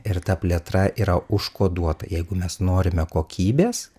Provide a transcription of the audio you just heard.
ir ta plėtra yra užkoduota jeigu mes norime kokybės